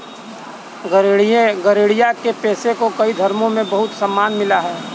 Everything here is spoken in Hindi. गरेड़िया के पेशे को कई धर्मों में बहुत सम्मान मिला है